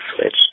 switch